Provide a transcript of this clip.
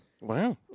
Wow